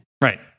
right